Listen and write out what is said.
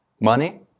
money